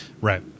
Right